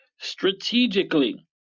strategically